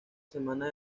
semana